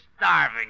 starving